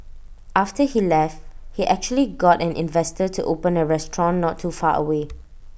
after he left he actually got an investor to open A restaurant not too far away